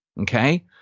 Okay